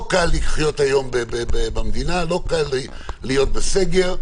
לא קל לחיות היום במדינה, לא קל להיות בסגר.